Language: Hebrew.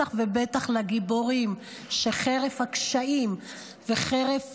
בטח ובטח לגיבורים שחרף הקשיים וחרף